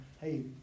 Hey